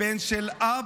בן של אבא,